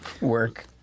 work